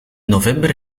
november